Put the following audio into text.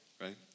right